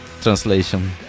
translation